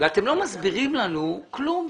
לא מסבירים לנו כלום.